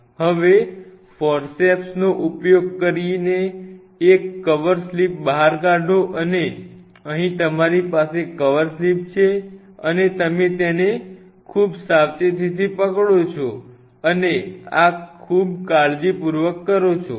હવે ફોર્સેપ્સનો ઉપયોગ કરીને એક કવર સ્લિપ બહાર કાઢો અને અહીં તમારી પાસે કવરસ્લિપ છે અને તમે તેને ખૂબ સાવચેતીથી પકડી રાખો છો અને આ ખૂબ કાળજીપૂર્વક કરો છો